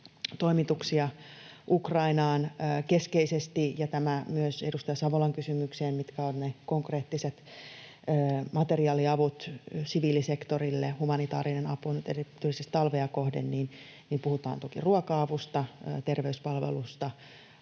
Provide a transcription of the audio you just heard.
toimituksia Ukrainaan keskeisesti. Ja tämä myös edustaja Savolan kysymykseen, mitkä ovat ne konkreettiset materiaaliavut siviilisektorille, humanitaarinen apu nyt erityisesti talvea kohden. Puhutaan toki ruoka-avusta, terveyspalvelusta,